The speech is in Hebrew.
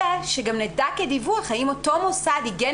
אלא שגם נדע כדיווח האם אותו מוסד עיגן